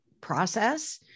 process